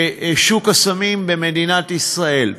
בשוק הסמים במדינת ישראל.